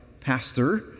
pastor